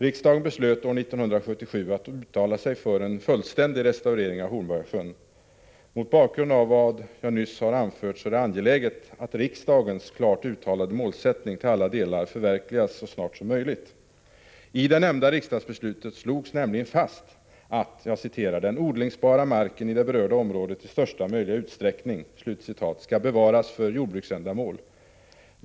Riksdagen beslöt år 1977 att uttala sig för en fullständig Mot bakgrund av vad jag här har anfört är det angeläget att riksdagens klart uttalade målsättning till alla delar förverkligas så snart som möjligt. I det nämnda riksdagsbeslutet slogs fast att ”den odlingsbara marken i det berörda området i största möjliga utsträckning” skall bevaras för jordbruksändamål.